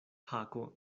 hako